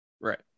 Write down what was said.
right